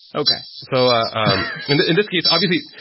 okay so ah and in this case, obviously,